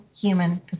human